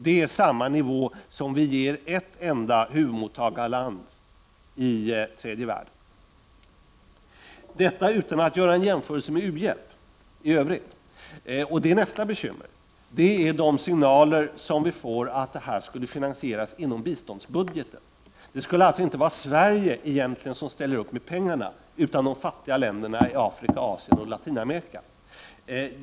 Det är samma nivå som vi ger ett enda huvudmottagarland i tredje världen — detta sagt utan någon jämförelse med u-hjälp i övrigt. Nästa bekymmer är nämligen de signaler som vi får om att detta skulle finansieras inom biståndsbudgeten. Det skulle alltså inte egentligen vara Sverige som ställer upp med pengarna utan de fattiga länderna i Asien, Afrika och Latinamerika.